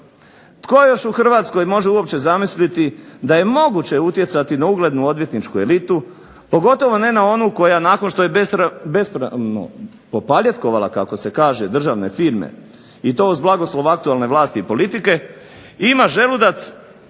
Tko još u Hrvatskoj može uopće zamisliti da je moguće utjecati na uglednu odvjetničku elitu pogotovo ne na onu koja nakon što je bespravno popaljetkovala kako se kaže državne firme, i to s blagoslovom aktuelne vlasti i politike ima želudac